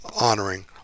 honoring